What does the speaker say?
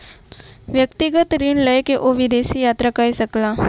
व्यक्तिगत ऋण लय के ओ विदेश यात्रा कय सकला